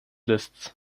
lists